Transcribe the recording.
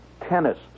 tennis